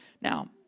Now